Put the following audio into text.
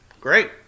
Great